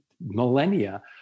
millennia